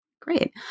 Great